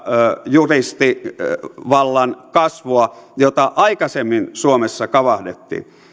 juristivallan kasvua jota aikaisemmin suomessa kavahdettiin